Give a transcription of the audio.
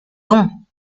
dons